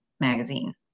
Magazine